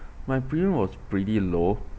my premium was pretty low